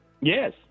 Yes